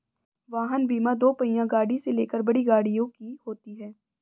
वाहन बीमा दोपहिया गाड़ी से लेकर बड़ी गाड़ियों की होती है